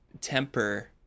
temper